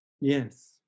Yes